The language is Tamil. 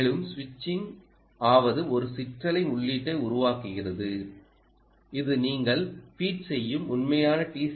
மேலும் ஸ்விட்சிங் ஆவது ஒரு சிற்றலை உள்ளீட்டை உருவாக்குகிறது இது நீங்கள் ஃபீட் செய்யும் உண்மையான டி